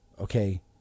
Okay